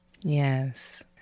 Yes